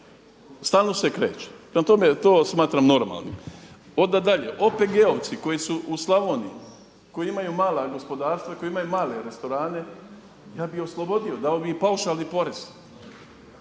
Stalno se kreće, prema tome to smatram normalnim. Onda dalje OPG-ovci koji su u Slavoniji, koji imaju mala gospodarstva i koji imaju male restorane ja bi ih oslobodio, dao bi im paušali porez.